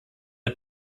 der